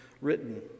written